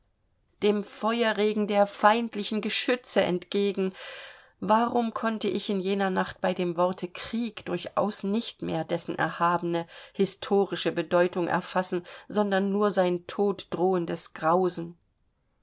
dem feuerregen der feindlichen geschütze entgegen warum konnte ich in jener nacht bei dem worte krieg durchaus nicht mehr dessen erhabene historische bedeutung erfassen sondern nur dessen toddrohendes grausen